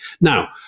Now